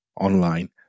online